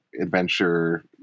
adventure